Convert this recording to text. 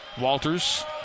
Walters